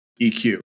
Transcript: EQ